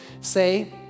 Say